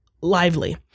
lively